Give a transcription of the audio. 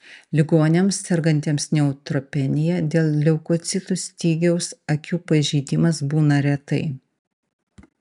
ligoniams sergantiems neutropenija dėl leukocitų stygiaus akių pažeidimas būna retai